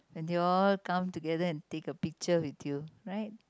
and they all come together and take a picture with you right